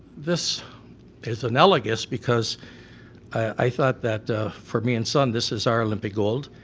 this is analogous because i thought that for me and son, this is our olympic gold,